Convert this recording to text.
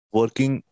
working